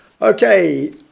Okay